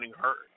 hurt